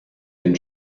den